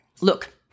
Look